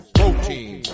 protein